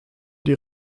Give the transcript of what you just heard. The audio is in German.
die